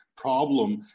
problem